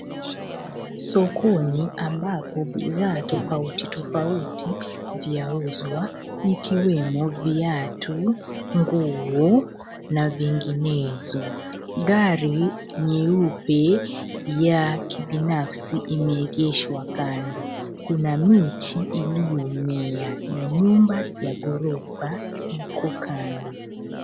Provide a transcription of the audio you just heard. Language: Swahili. Sokoni ambapo bidhaa tofauti tofauti vyiuzwa. Ikiwemo viatu, nguo na vinginezo. Gari nyeupa ya kibinafsi imeegeshwa kando. Kuna miti iliyomea na nyumba ya ghorofa iko kando.